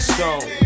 Stone